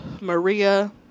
maria